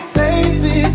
baby